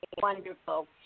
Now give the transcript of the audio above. wonderful